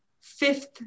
fifth